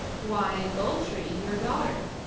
why, gold-tree, your daughter.